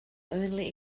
only